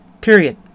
Period